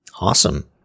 awesome